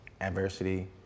adversity